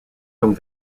dont